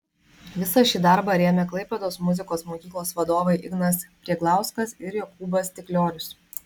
visą šį darbą rėmė klaipėdos muzikos mokyklos vadovai ignas prielgauskas ir jokūbas stikliorius